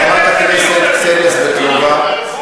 מחברת הכנסת קסניה סבטלובה,